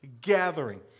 gathering